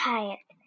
Tired